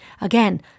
Again